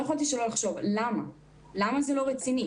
לא יכולתי שלא לחשוב למה זה לא רציני.